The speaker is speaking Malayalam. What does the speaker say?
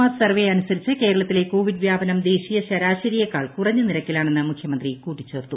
ആർ സർവേ അനുസരിച്ച് കേരളത്തിലെ കോവിഡ് വ്യാപനം ദേശീയ ശരാശരിയെക്കാൾ കുറഞ്ഞ നിരക്കിലാണെന്ന് മുഖ്യമന്ത്രി കൂട്ടിച്ചേർത്തു